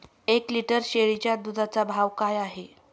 एक लिटर शेळीच्या दुधाचा भाव काय आहे?